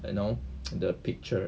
you know the picture